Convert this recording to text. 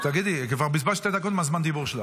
כבר בזבזת שתי דקות מזמן הדיבור שלך,